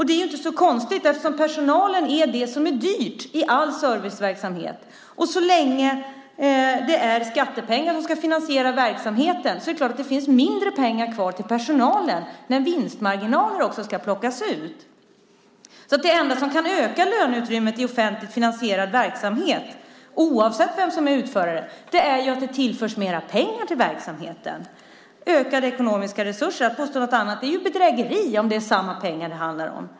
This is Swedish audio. Det är inte så konstigt, eftersom personalen är det som är dyrt i all serviceverksamhet. Och så länge det är skattepengar som ska finansiera verksamheten är det klart att det finns mindre pengar kvar till personalen, när vinstmarginaler också ska plockas ut. Det enda som kan öka löneutrymmet i offentligt finansierad verksamhet, oavsett vem som är utförare, är ökade ekonomiska resurser, att det tillförs mer pengar till verksamheten. Att påstå något annat är bedrägeri, om det är samma pengar det handlar om.